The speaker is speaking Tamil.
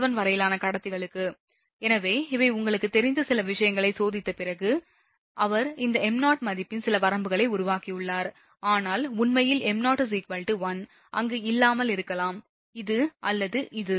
87 வரையிலான கடத்திகளுக்கு எனவே இவை உங்களுக்குத் தெரிந்த சில விஷயங்களைச் சோதித்த பிறகு அவர் இந்த m0 மதிப்பின் சில வரம்புகளை உருவாக்கியுள்ளார் ஆனால் உண்மையில் m0 1 அங்கு இல்லாமல் இருக்கலாம் இது அல்லது இது